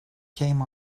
came